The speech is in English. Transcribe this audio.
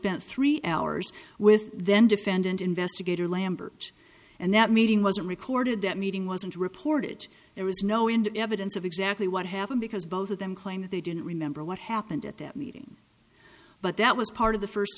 spent three hours with then defendant investigator lambert and that meeting wasn't recorded that meeting wasn't reported there was no into evidence of exactly what happened because both of them claim that they didn't remember what happened at that meeting but that was part of the first